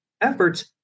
efforts